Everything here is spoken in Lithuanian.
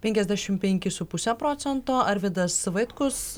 penkiasdešimt penki su puse procento arvydas vaitkus